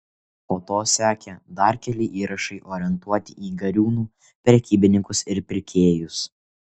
po to sekė dar keli įrašai orientuoti į gariūnų prekybininkus ir pirkėjus